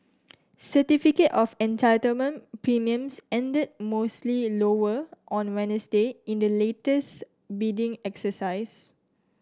certificate of Entitlement premiums ended mostly lower on Wednesday in the latest bidding exercise